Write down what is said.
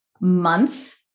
months